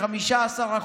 15%,